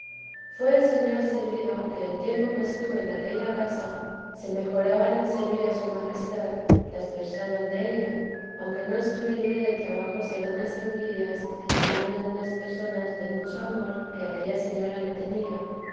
fué el señor servido que el tiempo que estuve en aquella casa se mejoraban en servir a su majestad las personas della aunque no estuve libre de trabajos y algunas envidias que tenían algunas personas del mucho amor que aquella señora me tenía